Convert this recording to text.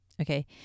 Okay